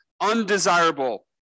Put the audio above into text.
undesirable